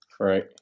Right